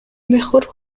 mejor